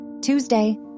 Tuesday